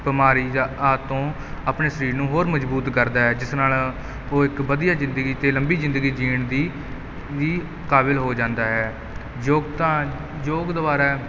ਬਿਮਾਰੀ ਜਾਂ ਆਦਤ ਤੋਂ ਆਪਣੇ ਸਰੀਰ ਨੂੰ ਹੋਰ ਮਜ਼ਬੂਤ ਕਰਦਾ ਹੈ ਜਿਸ ਨਾਲ ਉਹ ਇੱਕ ਵਧੀਆ ਜ਼ਿੰਦਗੀ ਅਤੇ ਲੰਬੀ ਜ਼ਿੰਦਗੀ ਜੀਣ ਦਾ ਵੀ ਕਾਬਿਲ ਹੋ ਜਾਂਦਾ ਹੈ ਯੋਗ ਤਾਂ ਯੋਗ ਦੁਆਰਾ